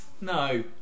No